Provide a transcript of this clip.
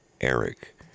Eric